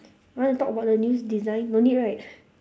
want to talk about the news design no need right